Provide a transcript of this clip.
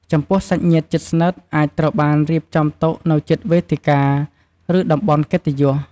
ចំពោះសាច់ញាតិជិតស្និទ្ធអាចត្រូវបានរៀបចំតុនៅជិតវេទិកា ឬតំបន់កិត្តិយស។